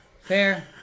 Fair